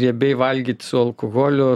riebiai valgyt su alkoholiu